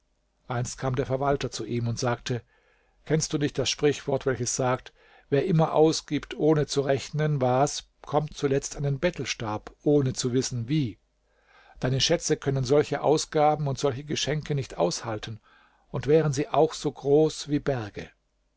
einst kam der verwalter zu ihm und sagte kennst du nicht das sprichwort welches sagt wer immer ausgibt ohne zu rechnen was kommt zuletzt an den bettelstab ohne zu wissen wie deine schätze können solche ausgaben und solche geschenke nicht aushalten und wären sie auch so groß wie berge